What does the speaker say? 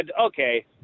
okay